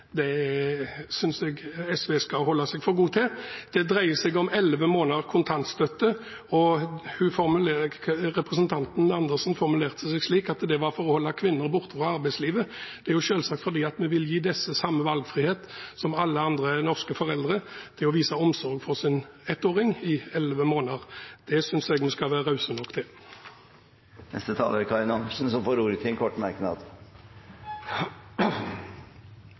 Det synes jeg SV skal holde seg for god til. Det dreier seg om 11 måneder med kontantstøtte, og representanten Andersen formulerte seg slik at det var for å holde kvinner borte fra arbeidslivet. Det er selvsagt fordi vi vil gi dem den samme valgfriheten som alle andre norske foreldre har til å vise omsorg for sin ettåring i 11 måneder. Det synes jeg vi skal være rause nok til. Representanten Karin Andersen har hatt ordet to ganger tidligere og får ordet til en kort merknad,